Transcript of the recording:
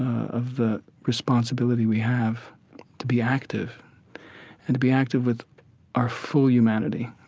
of the responsibility we have to be active and to be active with our full humanity,